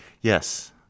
Yes